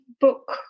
book